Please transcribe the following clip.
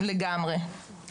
לגמרי.